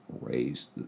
raised